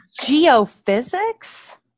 Geophysics